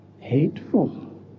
hateful